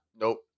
Nope